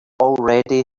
already